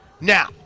Now